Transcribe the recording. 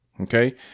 Okay